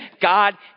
God